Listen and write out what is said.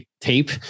tape